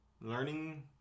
learning